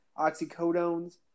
oxycodones